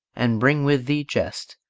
and bring with thee jest,